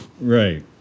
Right